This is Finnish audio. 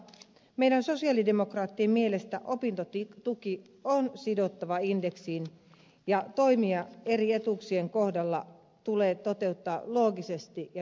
meidän sosialidemokraattien mielestä opintotuki on sidottava indeksiin ja toimia eri etuuksien kohdalla tulee toteuttaa loogisesti ja yhdenmukaisesti